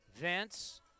Vince